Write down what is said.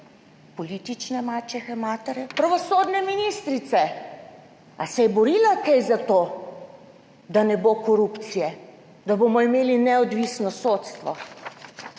politične mačehe, matere pravosodne ministrice. Ali se je borila kaj za to, da ne bo korupcije, da bomo imeli neodvisno sodstvo?